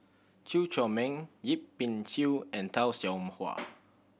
Chew Chor Meng Yip Pin Xiu and Tay Seow Huah